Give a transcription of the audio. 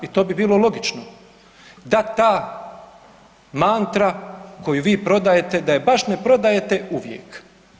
I to bi bilo logično da ta mantra koju vi prodajete da ju baš ne prodajte uvijek.